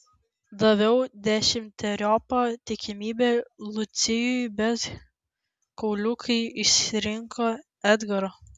daviau dešimteriopą tikimybę lucijui bet kauliukai išsirinko edgarą